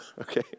Okay